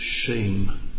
shame